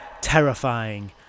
Terrifying